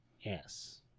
Yes